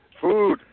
Food